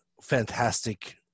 fantastic